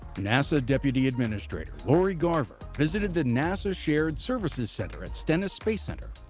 nasa deputy administrator, lori garver visited the nasa shared services center at stennis space center.